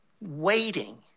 waiting